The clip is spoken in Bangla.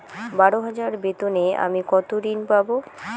বারো হাজার বেতনে আমি কত ঋন পাব?